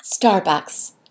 Starbucks –